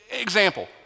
Example